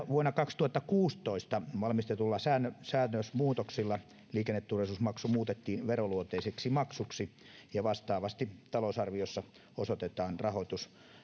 vuonna kaksituhattakuusitoista valmistetuilla säännösmuutoksilla liikenneturvallisuusmaksu muutettiin veroluonteiseksi maksuksi ja vastaavasti talousarviossa osoitetaan rahoitus